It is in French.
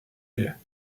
elles